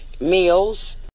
meals